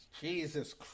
Jesus